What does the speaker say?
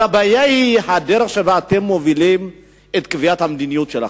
אבל הבעיה היא הדרך שבה אתם מובילים את קביעת המדיניות שלכם.